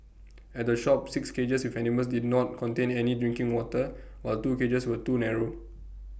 at the shop six cages with animals did not contain any drinking water while two cages were too narrow